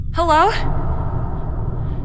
Hello